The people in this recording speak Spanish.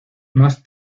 más